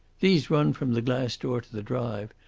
these run from the glass door to the drive,